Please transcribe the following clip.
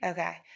Okay